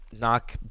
knock